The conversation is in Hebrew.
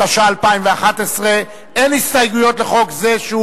התשע"א 2011. אין הסתייגויות לחוק זה,